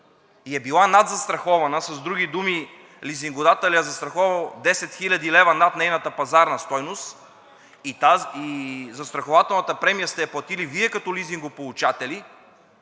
и е била надзастрахована, с други думи лизингодателят е застраховал 10 хил. лв. над нейната пазарна стойност и застрахователната премия сте я платили Вие като лизингополучатели,